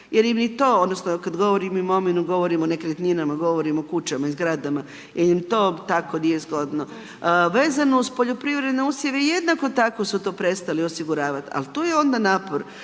jer ni to, odnosno kad govorim imovinu govorim o nekretnina, govorim o kućama i zgradama jer im to tako nije zgodno. Vezano uz poljoprivredne usjeve jednako tako su to prestali osiguravati, al' to je onda napor